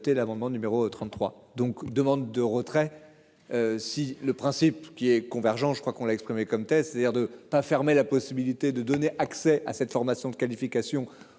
l'amendement numéro 33 donc demande de retrait. Si le principe qu'il ait convergence. Je crois qu'on l'a exprimé comme test c'est-à-dire de pas fermer la possibilité de donner accès à cette formation, de qualification aux